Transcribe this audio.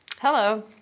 Hello